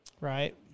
right